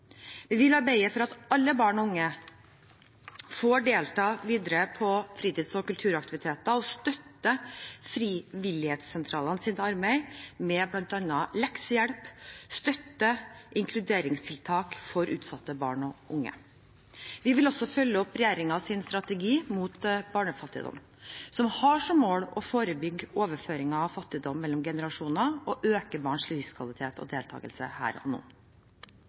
Vi vil arbeide for at alle barn og unge får delta videre på fritids- og kulturaktiviteter, og støtter frivillighetssentralenes arbeid med bl.a. leksehjelp og støtte- og inkluderingstiltak for utsatte barn og unge. Vi vil også følge opp regjeringens strategi mot barnefattigdom, som har som mål å forebygge overføringen av fattigdom mellom generasjoner og øke barns livskvalitet og deltagelse her og nå.